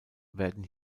werden